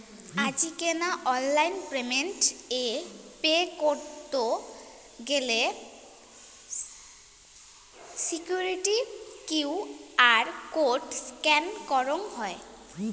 আজিকেনা online payment এ pay করত গেলে সিকুইরিটি কিউ.আর কোড স্ক্যান করঙ হই